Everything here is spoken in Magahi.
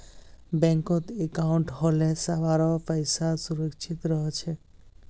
बैंकत अंकाउट होले सभारो पैसा सुरक्षित रह छेक